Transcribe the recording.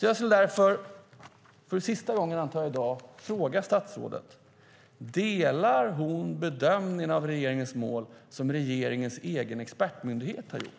Jag skulle därför, för sista gången i dag antar jag, vilja fråga statsrådet om hon delar den bedömning av regeringens mål som regeringens egen expertmyndighet har gjort.